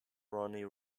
ronnie